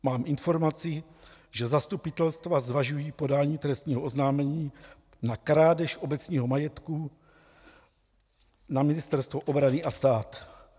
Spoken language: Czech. Mám informaci, že zastupitelstva zvažují podání trestního oznámení na krádež obecního majetku na Ministerstvo obrany a stát.